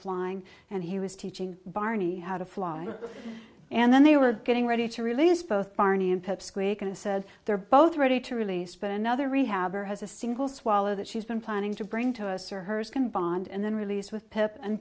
flying and he was teaching barney how to fly and then they were getting ready to release both barney and pip squeak and said they're both ready to release but another rehab or has a single swallow that she's been planning to bring to us or hers can bond and then released with pip and